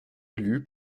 élu